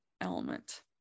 element